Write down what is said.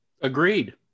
Agreed